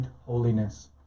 holiness